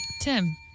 Tim